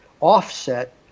offset